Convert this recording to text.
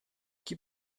gib